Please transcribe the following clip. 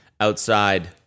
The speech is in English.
outside